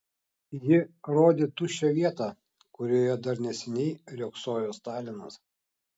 ji rodė tuščią vietą kurioje dar neseniai riogsojo stalinas